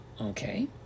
Okay